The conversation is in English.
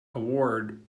award